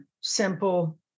simple